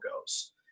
goes